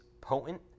potent